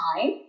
time